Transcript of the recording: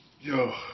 Yo